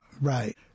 Right